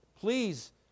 please